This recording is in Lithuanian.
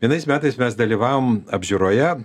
vienais metais mes dalyvavom apžiūroje